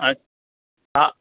अछा हा